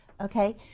okay